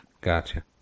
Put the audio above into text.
Gotcha